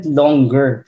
longer